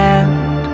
end